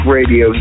Radio